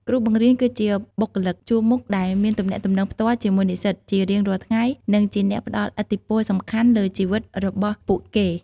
គ្រូបង្រៀនគឺជាបុគ្គលិកជួរមុខដែលមានទំនាក់ទំនងផ្ទាល់ជាមួយនិស្សិតជារៀងរាល់ថ្ងៃនិងជាអ្នកផ្ដល់ឥទ្ធិពលសំខាន់លើជីវិតរបស់ពួកគេ។